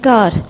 God